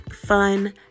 fun